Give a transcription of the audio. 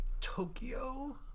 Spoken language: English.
Tokyo